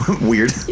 Weird